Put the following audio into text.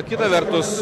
kita vertus